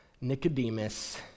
Nicodemus